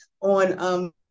on